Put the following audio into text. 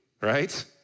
right